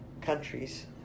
countries